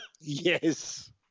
Yes